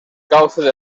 cauce